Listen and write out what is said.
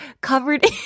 covered